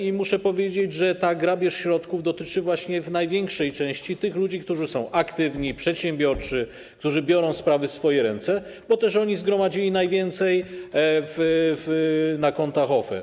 I muszę powiedzieć, że ta grabież środków dotyczy właśnie w największej części tych ludzi, którzy są aktywni, przedsiębiorczy, którzy biorą sprawy w swoje ręce, bo to oni zgromadzili najwięcej na kontach OFE.